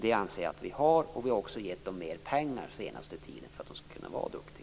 Det anser jag att vi har. Vi har under den senaste tiden avsatt mera pengar för att man skall kunna vara duktig.